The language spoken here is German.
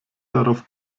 darauf